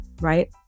right